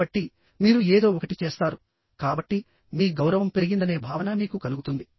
కాబట్టి మీరు ఏదో ఒకటి చేస్తారు కాబట్టి మీ గౌరవం పెరిగిందనే భావన మీకు కలుగుతుంది